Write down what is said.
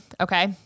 Okay